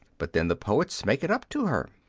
but then the poets make it up to her.